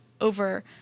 over